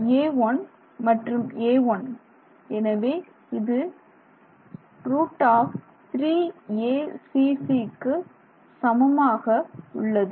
a1 மற்றும் a1 எனவே இது √3acc க்கு சமமாக உள்ளது